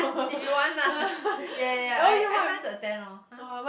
if you want lah ya ya ya I I try attend lor !huh!